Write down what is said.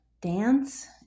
dance